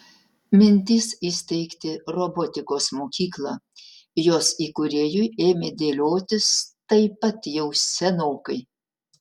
mintys įsteigti robotikos mokyklą jos įkūrėjui ėmė dėliotis taip pat jau senokai